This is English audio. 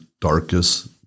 darkest